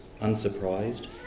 unsurprised